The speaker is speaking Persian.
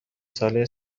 ساله